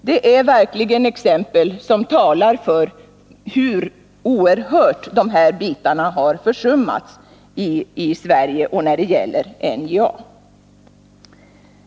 Det är verkligen exempel som talar för hur oerhört mycket dessa frågor har försummats i Sverige, bl.a. när det gäller NJA.